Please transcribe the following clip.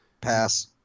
pass